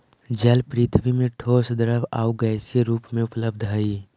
जल पृथ्वी में ठोस द्रव आउ गैसीय रूप में उपलब्ध हई